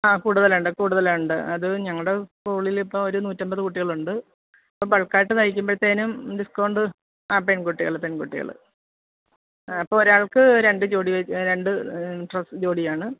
അ കൂടതലുണ്ട് കൂടതലുണ്ട് അത് ഞങ്ങളുടെ സ്കൂളിലിൽ ഇപ്പോൾ ഒരു നൂറ്റി അൻപത് കുട്ടികളുണ്ട് അപ്പം ബൾക്കായിട്ട് തയ്ക്കുമ്പത്തേക്കും ഡിസ്ക്കൗണ്ട് അ പെൺകുട്ടികൾ പെൺകുട്ടികൾ ആ അപ്പം ഒരാൾക്ക് രണ്ട് ജോഡി വച്ച് രണ്ട് ഡ്രെസ് ജോഡിയാണ്